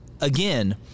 again